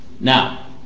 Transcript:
Now